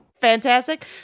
Fantastic